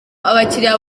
abakiriya